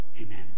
Amen